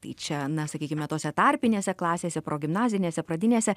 tai čia na sakykime tose tarpinėse klasėse progimnazinėse pradinėse